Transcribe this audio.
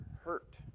hurt